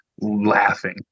laughing